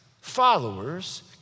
followers